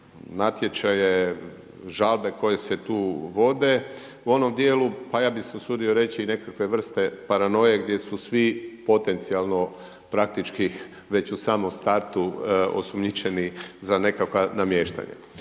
natječaje, žalbe koje se tu vode u onom dijelu, pa ja bi se usudio reći i nekakve vrste paranoje gdje su svi potencijalno praktički već u samom startu osumnjičeni za nekakva namještanja.